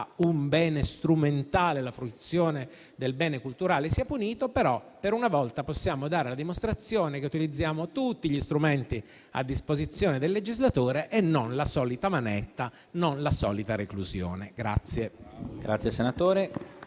un bene strumentale, la fruizione del bene culturale, sia punito; ma per una volta possiamo dare la dimostrazione che utilizziamo tutti gli strumenti a disposizione del legislatore e non la solita manetta, non la solita reclusione.